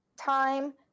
time